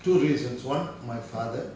two reasons one my father